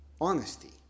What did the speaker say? honesty